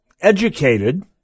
educated